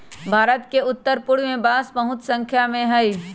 भारत के उत्तर पूर्व में बांस बहुत स्नाख्या में मिला हई